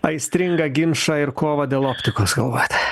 aistringą ginčą ir kovą dėl optikos galvojat